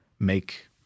make